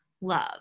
love